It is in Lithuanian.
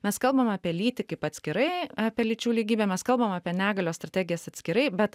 mes kalbam apie lytį kaip atskirai apie lyčių lygybę mes kalbame apie negalios strategijas atskirai bet